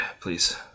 please